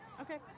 Okay